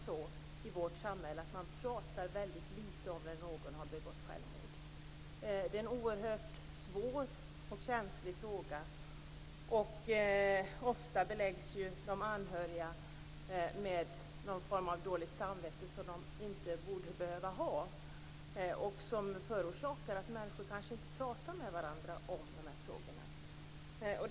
I vårt samhälle pratar man fortfarande väldigt litet när någon har begått självmord. Det är en svår och känslig fråga. Ofta beläggs de anhöriga med någon form av dåligt samvete som de inte borde behöva ha, som förorsakar att människor inte pratar med varandra om frågorna.